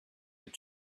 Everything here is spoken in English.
your